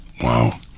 Wow